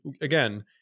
again